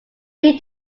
flee